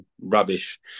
rubbish